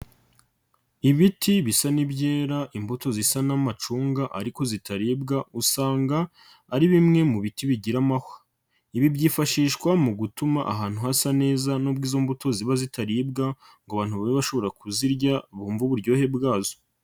Ibiti bisa n'ibyera imbuto zisa n'amacunga ariko zitaribwa usanga ari bimwe mu biti bigira amahwa, ibi byifashishwa mu gutuma ahantu hasa neza nubwo izo mbuto ziba zitaribwa ngo abantu babe bashobora kuzirya bumve uburyohe bwazo.